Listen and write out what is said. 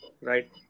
Right